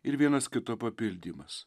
ir vienas kito papildymas